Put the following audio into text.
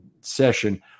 session